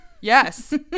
Yes